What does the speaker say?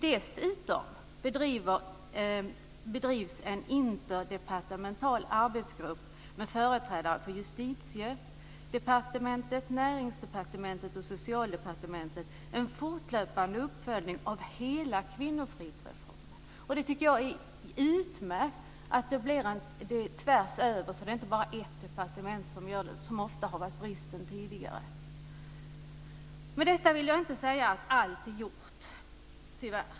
Dessutom bedriver en interdepartemental arbetsgrupp med företrädare för Justitiedepartementet, Näringsdepartementet och Socialdepartementet en fortlöpande uppföljning av hela kvinnofridsreformen. Jag tycker att det är utmärkt att det här sker tvärs över, så att det inte bara handlar om ett departement. Det har ofta varit en brist tidigare. Med detta vill jag tyvärr inte säga att allt är gjort.